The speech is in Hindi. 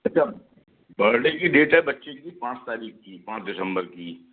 अच्छा बर्डे की डेट है बच्ची की पाँच तारिख़ की पाँच दिसम्बर की